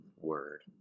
word